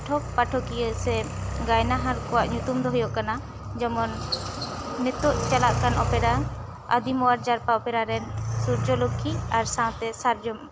ᱯᱟᱴᱷᱚᱠ ᱯᱟᱴᱷᱚᱠᱤᱭᱟᱹ ᱥᱮ ᱜᱟᱭᱱᱟᱦᱟᱨ ᱠᱚᱣᱟᱜ ᱧᱩᱛᱩᱢ ᱫᱚ ᱦᱩᱭᱩᱜ ᱠᱟᱱᱟ ᱡᱮᱢᱚᱱ ᱱᱤᱛᱚᱜ ᱪᱟᱞᱟᱜ ᱠᱟᱱ ᱚᱯᱮᱨᱟ ᱟᱹᱫᱤᱢ ᱚᱣᱟᱨ ᱡᱟᱨᱯᱟ ᱚᱯᱮᱨᱟ ᱨᱮᱱ ᱥᱩᱨᱡᱚᱞᱩᱠᱷᱤ ᱟᱨ ᱥᱟᱶᱛᱮ ᱥᱟᱨᱡᱚᱢ